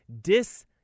dis